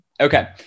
Okay